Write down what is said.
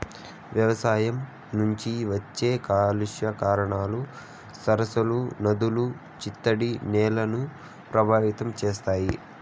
వ్యవసాయం నుంచి వచ్చే కాలుష్య కారకాలు సరస్సులు, నదులు, చిత్తడి నేలలను ప్రభావితం చేస్తాయి